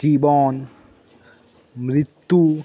জীবন মৃত্যু